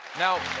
now,